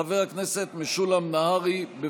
חברת הכנסת מאי גולן, מספיק.